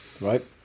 right